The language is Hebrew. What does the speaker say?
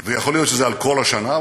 ויכול להיות שזה על כל השנה,